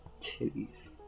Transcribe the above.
titties